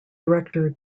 director